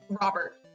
Robert